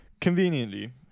Conveniently